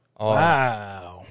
Wow